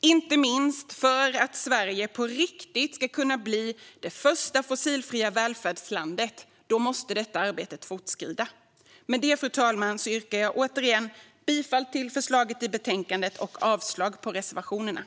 Inte minst för att Sverige på riktigt ska kunna bli det första fossilfria välfärdslandet måste detta arbete fortskrida. Med det, fru talman, yrkar jag återigen bifall till förslaget i betänkandet och avslag på reservationerna.